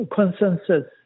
Consensus